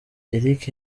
eric